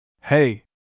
Hey